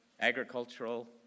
Agricultural